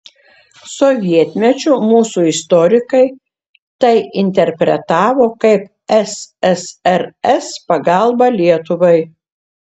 sovietmečiu mūsų istorikai tai interpretavo kaip ssrs pagalbą lietuvai